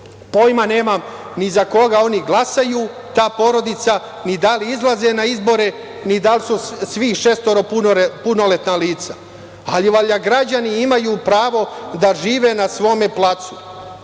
pojma nemam ni za koga oni glasaju, ta porodica, ni da li izlaze na izbore, ni da li su svih šestoro punoletna lica. Valjda građani imaju pravo da žive na svome placu.